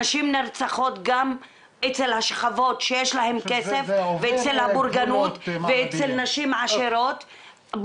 נשים נרצחות גם בשכבות שיש להם כסף ואצל הבורגנות ונשים עשירות.